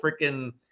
freaking